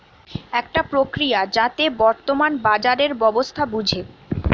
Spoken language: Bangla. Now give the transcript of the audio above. একটা প্রক্রিয়া যাতে বর্তমান বাজারের ব্যবস্থা বুঝে